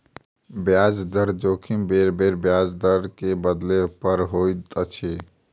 ब्याज दर जोखिम बेरबेर ब्याज दर के बदलै पर होइत अछि